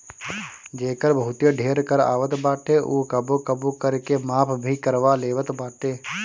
जेकर बहुते ढेर कर आवत बाटे उ कबो कबो कर के माफ़ भी करवा लेवत बाटे